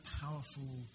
powerful